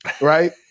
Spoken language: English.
right